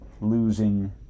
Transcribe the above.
losing